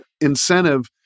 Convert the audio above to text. incentive